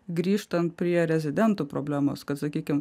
grįžtant prie rezidentų problemos kad sakykim